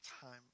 time